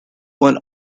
one